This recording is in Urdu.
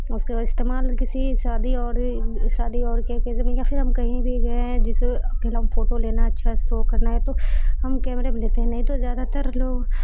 اس کا استعمال کسی شادی شادی اور کے یا پھر ہم کہیں بھی گئے ہیں جسے اکیلا ہم فوٹو لینا اچھا سو کرنا ہے تو ہم کیمرے بھی لیتے ہیں نہیں تو زیادہ تر لوگ